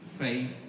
faith